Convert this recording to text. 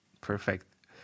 Perfect